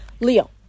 leo